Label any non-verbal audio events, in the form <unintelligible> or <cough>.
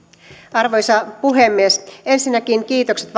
arvoisa puhemies ensinnäkin kiitokset <unintelligible>